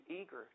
eager